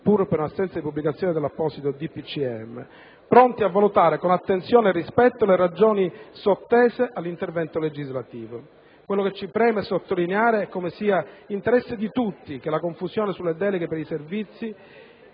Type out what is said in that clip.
del Presidente del Consiglio dei ministri) pronti a valutare con attenzione e rispetto le ragioni sottese all'intervento legislativo. Quello che ci preme sottolineare è come sia interesse di tutti che la confusione sulle deleghe per i Servizi